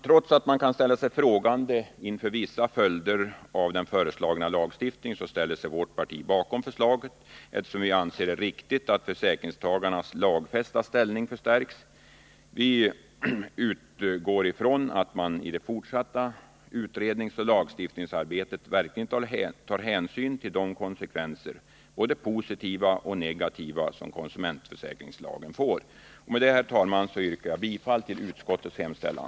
Trots att man kan ställa sig frågande inför vissa följder av den föreslagna lagstiftningen tillstyrker vårt parti förslaget, eftersom vi anser det riktigt att försäkringstagarnas lagfästa ställning förstärks. Vi utgår från att man i det fortsatta utredningsoch lagstiftningsarbetet verkligen tar hänsyn tillde konsekvenser, både positiva och negativa, som konsumentförsäkringslagen får. Med detta, herr talman, yrkar jag bifall till utskottets hemställan.